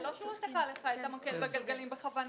זה לא שהוא תקע לך את המגל בגלגלים בכוונה.